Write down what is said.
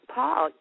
Paul